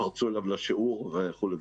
שפרצו לו לשיעור וכו'.